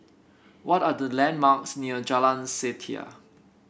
what are the landmarks near Jalan Setia